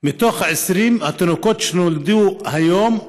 מתוך 20 התינוקות שנולדו היום,